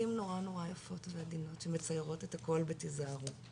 מילים נורא נורא יפות ועדינות ומציירות את הכול ב- תזהרו,